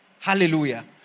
Hallelujah